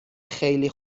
خیلی